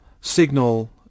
signal